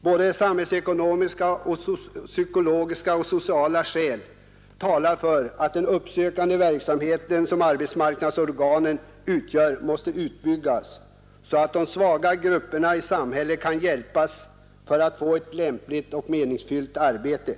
Både samhällsekonomiska och sociala skäl talar för att den uppsökande verksamhet som arbetsmarknadsorganen bedriver måste utbyggas, så att de svaga grupperna i samhället kan hjälpas till ett lämpligt och meningsfyllt arbete.